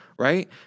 Right